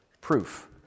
proof